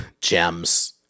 gems